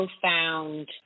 profound